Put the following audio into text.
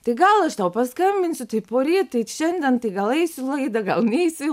tai gal aš tau paskambinsiu tai poryt tai šiandien tai gal eisiu į laidą gal neisiu į